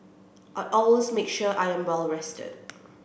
I always make sure I am well rested